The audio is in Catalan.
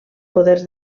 poders